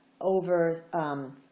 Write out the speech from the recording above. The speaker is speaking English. over